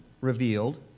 revealed